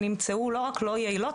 שנמצאו לא רק לא יעילות,